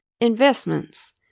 investments